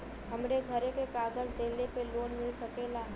हमरे घरे के कागज दहिले पे लोन मिल सकेला?